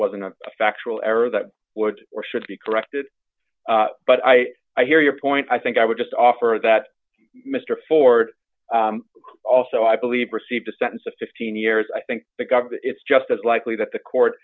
wasn't a factual error that would or should be corrected but i i hear your point i think i would just offer that mr ford also i believe received a sentence of fifteen years i think the government it's just as likely that the court